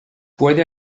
puede